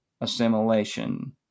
assimilation